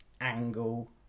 angle